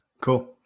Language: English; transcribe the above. cool